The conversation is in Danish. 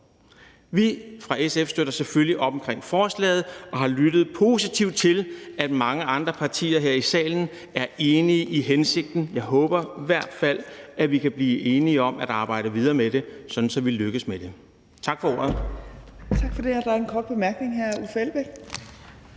Vi fra SF støtter selvfølgelig op omkring forslaget og har lyttet positivt til, at mange andre partier her i salen er enige i hensigten. Jeg håber i hvert fald, at vi kan blive enige om at arbejde videre med det, sådan at vi lykkes med det. Tak for ordet.